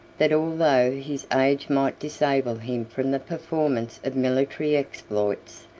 that although his age might disable him from the performance of military exploits,